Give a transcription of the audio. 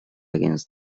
against